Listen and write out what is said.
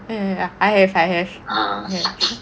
ya ya ya I have I have